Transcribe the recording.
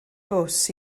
bws